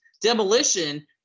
Demolition